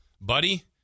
Buddy